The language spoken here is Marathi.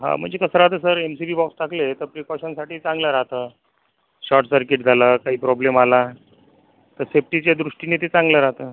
हा म्हणजे कसं राहतं sir M C B box टाकले तर प्रीकॉशनसाठी चांगलं राहतं शॉटसर्किट झालं काही प्रॉब्लेम आला तर सेफ्टीच्या दृष्टीने ते चांगलं राहतं